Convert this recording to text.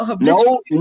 No